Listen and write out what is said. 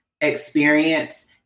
experience